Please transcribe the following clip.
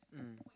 mm